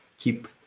keep